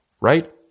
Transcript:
right